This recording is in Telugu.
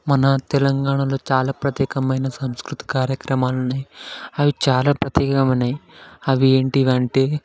మన తెలంగాణలో చాలా ప్రత్యేకమైన సాంస్కృతిక కార్యక్రమాలు ఉన్నాయి అవి చాలా ప్రత్యేకమైనవి అవి ఏంటివి అంటే